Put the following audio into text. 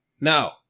Now